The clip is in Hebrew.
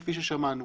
כפי ששמענו.